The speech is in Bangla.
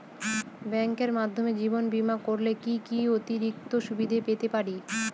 ব্যাংকের মাধ্যমে জীবন বীমা করলে কি কি অতিরিক্ত সুবিধে পেতে পারি?